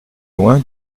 loin